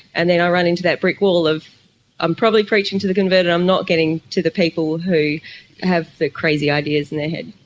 and then i run into that brick wall of i'm probably preaching to the converted, i'm not getting to the people who have the crazy ideas in there head.